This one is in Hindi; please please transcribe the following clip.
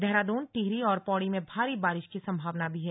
देहरादून टिहरी और पौड़ी में भारी बारिश की संभावना भी है